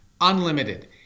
Unlimited